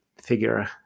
figure